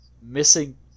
missing